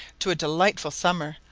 to a delightful summer,